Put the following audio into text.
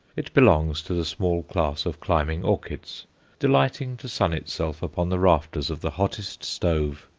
it belongs to the small class of climbing orchids delighting to sun itself upon the rafters of the hottest stove.